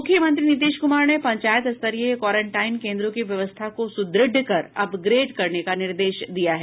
मुख्यमंत्री नीतीश कुमार ने पंचायत स्तरीय क्वारंटाइन केंद्रों की व्यवस्था को सुद्रढ़ कर अपग्रेड करने का निर्देश दिया है